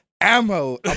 ammo